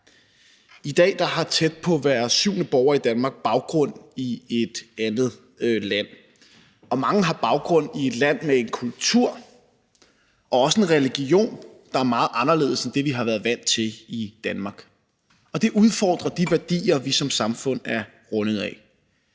I dag har tæt på hver syvende borger i Danmark baggrund i et andet land, og mange har baggrund i et land med en kultur og også en religion, der er meget anderledes end det, vi har været vant til i Danmark, og det udfordrer de værdier, vi som samfund er rundet af.